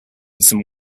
some